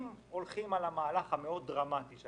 אם הולכים על המהלך המאוד דרמטי של ההקפאה,